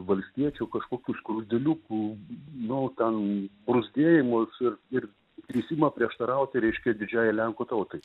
valstiečių kažkokių skruzdėliukų nu ten bruzdėjimus ir ir ir jis ima prieštarauti reiškia didžiajai lenkų tautai